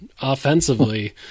offensively